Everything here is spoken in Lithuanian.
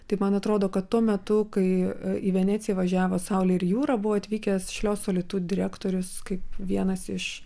tai man atrodo kad tuo metu kai į veneciją važiavo saulė ir jūra buvo atvykęs šliosolitu direktorius kai vienas iš